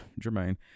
Jermaine